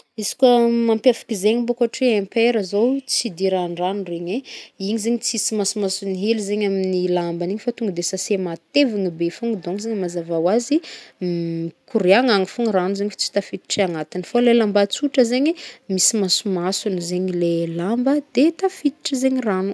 Izy koa mampiavaka zegny bôko ôhatra hoe impére zao tsy idiran-drano regny e, igny zegny tsisy masomasony hely zegny amin'ny lambany igny fa tonga de sase matevina be fôgna donc zany mazava hoavy mikoriàgna agny fogny rano zagny fa tsy tafiditry agnatiny fô le lamba tsotra zegny misy masomasony zegny le lamba de tafiditry zegny rano.